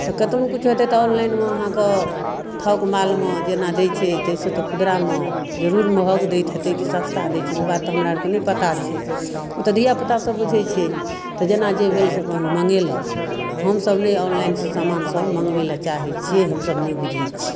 तऽ कतबो किछु हेतै तऽ ऑनलाइनमे अहाँके थोक मालमे जेना दै छै तैसँ तऽ खुदरामे जरुर महग दैत हेतै कि सस्ता दै छै उ बात तऽ हमरा अरके नहि पता छै उ तऽ धियापुता सब बुझय छै तऽ जेना जे भेल से अपन मङ्गेलक हमसब नहि ऑनलाइनसँ सामान सब मङ्गबै लऽ चाहै छियै हमसब नहि बुझय छियै